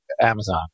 Amazon